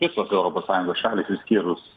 visos europos sąjungos šalys išskyrus